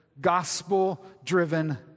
gospel-driven